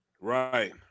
Right